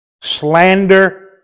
slander